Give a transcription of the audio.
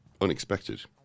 unexpected